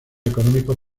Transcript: económicos